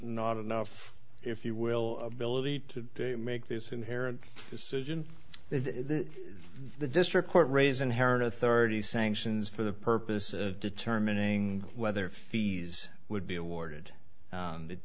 not enough if you will billet to make this inherent decision it the district court raise inherent authority sanctions for the purpose of determining whether fees would be awarded it did